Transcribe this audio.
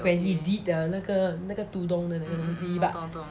when he did the 那个那个 tudung 的东西